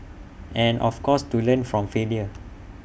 and of course to learn from failure